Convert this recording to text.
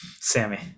Sammy